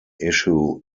issue